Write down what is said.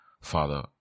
Father